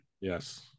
Yes